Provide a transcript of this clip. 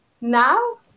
now